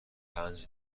پنج